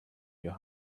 your